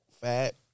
fat